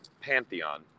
Pantheon